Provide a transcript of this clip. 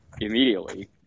immediately